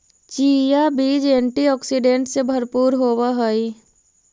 chia बीज antioxidant से भरपूर होवअ हई